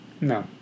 No